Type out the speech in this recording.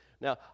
Now